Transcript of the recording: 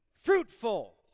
fruitful